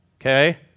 Okay